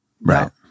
Right